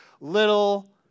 little